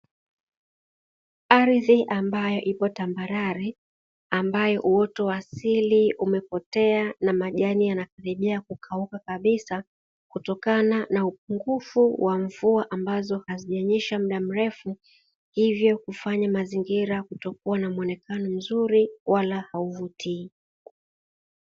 Ardhi ambayo ipo tambarare ambayo uoto wa asili umepotea na majani yanakaribia kukauka kabisa kutokana na upungufu wa mvua ambazo hazijanyesha mda mrefu, hivyo kufanya mazingira kutokua na muonekano mzuri wala hauvutii.